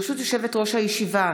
ברשות יושבת-ראש הישיבה,